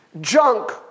junk